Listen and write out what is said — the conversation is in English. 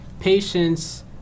Patience